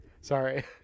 Sorry